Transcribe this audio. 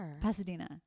Pasadena